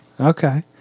Okay